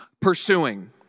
pursuing